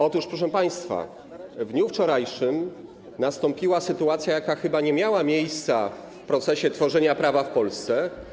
Otóż, proszę państwa, w dniu wczorajszym doszło do sytuacji, jaka chyba nie miała miejsca w procesie tworzenia prawa w Polsce.